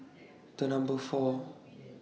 The Number four